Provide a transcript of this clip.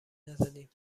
نزدیم